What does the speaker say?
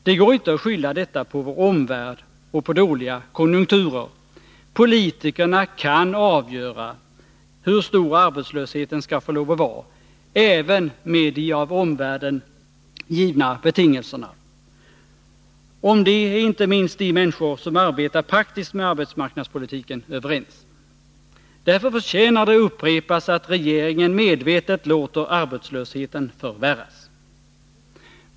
Det går inte att skylla detta på vår omvärld och på dåliga konjunkturer. Politikerna kan avgöra hur stor arbetslösheten skall få lov att vara, även med de av omvärlden givna betingelserna — om det är inte minst de människor som arbetar praktiskt med arbetsmarknadspolitiken överens. Därför förtjänar det upprepas att regeringen medvetet låter arbetslösheten förvärras.